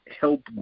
help